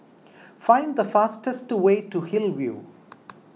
find the fastest way to Hillview